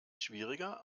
schwieriger